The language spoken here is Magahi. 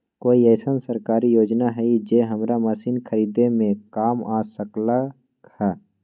कोइ अईसन सरकारी योजना हई जे हमरा मशीन खरीदे में काम आ सकलक ह?